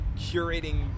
curating